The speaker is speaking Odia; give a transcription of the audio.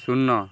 ଶୂନ